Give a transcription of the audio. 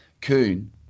Coon